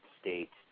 states